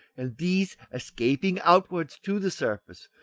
and these, escaping outwards to the surface,